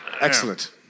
Excellent